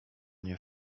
nie